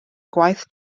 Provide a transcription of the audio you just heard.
gwaith